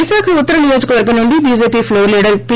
విశాఖ ఉత్తర నియోజికవర్గం నుండి బీజేపి ప్లోర్ లీడర్ పి